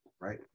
right